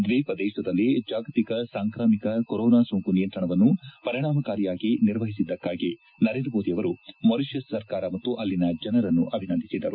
ದ್ವೀಪ ದೇಶದಲ್ಲಿ ಜಾಗತಿಕ ಸಾಂಕ್ರಾಮಿಕ ಕೊರೊನಾ ಸೋಂಕು ನಿಯಂತ್ರಣವನ್ನು ಪರಿಣಾಮಕಾರಿಯಾಗಿ ನಿರ್ವಹಿಸಿದ್ದಕ್ಕಾಗಿ ನರೇಂದ್ರ ಮೋದಿ ಅವರು ಮಾರಿಷಸ್ ಸರ್ಕಾರ ಮತ್ತು ಅಲ್ಲಿನ ಜನರನ್ನು ಅಭಿನಂದಿಸಿದರು